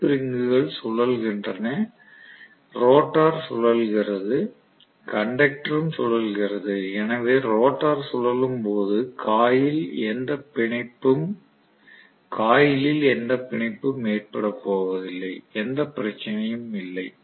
slip ரிங்குகள் சுழல்கின்றன rotor சுழல்கிறது கண்டக்டரும் சுழல்கிறது எனவே ரோட்டார் சுழலும் போது காயிலில் எந்த பிணைப்பும் ஏற்பட போவதில்லை எந்த பிரச்சனையும் இல்லை